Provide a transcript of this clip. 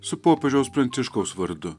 su popiežiaus pranciškaus vardu